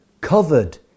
covered